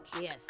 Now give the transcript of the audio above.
yes